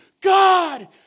God